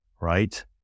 right